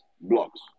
blocks